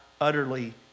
utterly